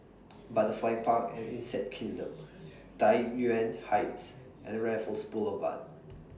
Butterfly Park and Insect Kingdom Tai Yuan Heights and Raffles Boulevard